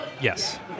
yes